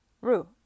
rue